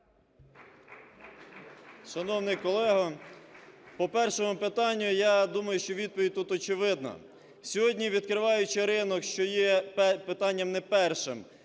Шановний колего, по першому питанню, я думаю, що відповідь тут очевидна. Сьогодні, відкриваючи ринок, що є питанням не першим,